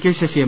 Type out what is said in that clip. K Sasi M